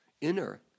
inner